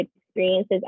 experiences